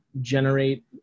generate